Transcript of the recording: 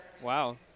Wow